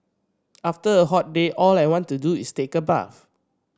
after a hot day all I want to do is take a bath